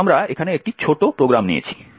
এখন আমরা এখানে একটি ছোট প্রোগ্রাম নিয়েছি